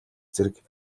зэрэг